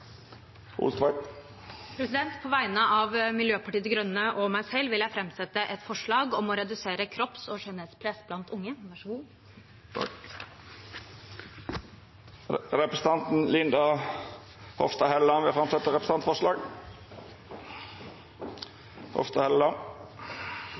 eit representantforslag. På vegne av Miljøpartiet De Grønne og meg selv vil jeg framsette et forslag om å redusere kropps- og skjønnhetspress blant unge. Representanten Linda Hofstad Helleland vil setja fram eit representantforslag.